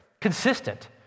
consistent